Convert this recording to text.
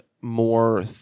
more